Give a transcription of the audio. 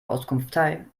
auskunftei